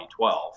2012